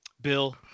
Bill